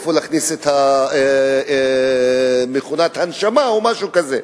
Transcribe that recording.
איפה להכניס את מכונת ההנשמה או משהו כזה.